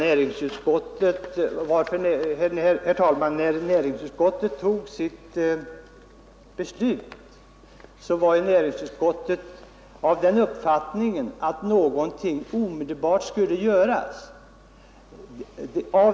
Herr talman! Då näringsutskottet tog sitt beslut hade utskottet den uppfattningen att någonting omedelbart skulle göras.